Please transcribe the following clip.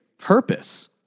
purpose